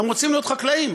הם רוצים להיות חקלאים.